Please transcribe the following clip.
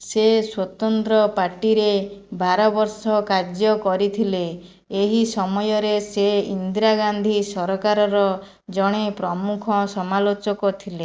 ସେ ସ୍ୱତନ୍ତ ପାର୍ଟିରେ ବାର ବର୍ଷ କାର୍ଯ୍ୟ କରିଥିଲେ ଏହି ସମୟରେ ସେ ଇନ୍ଦିରା ଗାନ୍ଧୀ ସରକାରର ଜଣେ ପ୍ରମୁଖ ସମାଲୋଚକ ଥିଲେ